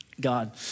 God